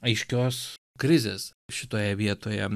aiškios krizės šitoje vietoje